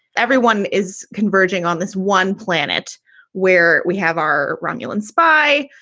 everyone is converging on this one planet where we have our romulan spy.